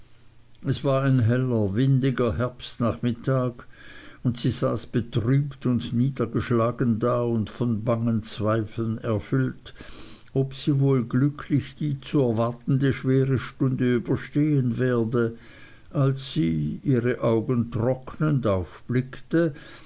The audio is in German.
es war ein heller windiger herbstnachmittag und sie saß betrübt und niedergeschlagen da und von bangen zweifeln erfüllt ob sie wohl glücklich die zu erwartende schwere stunde überstehen werde als sie ihre augen trocknend aufblickte